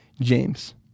james